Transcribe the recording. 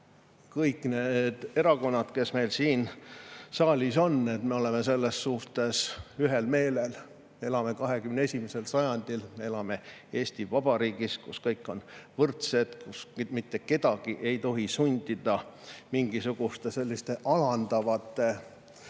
kõik need erakonnad, kes meil siin saalis on, on selles suhtes ühel meelel. Me elame 21. sajandil, elame Eesti Vabariigis, kus kõik on võrdsed ja kus mitte kedagi ei tohi sundida mingisuguste selliste alandavate, inimest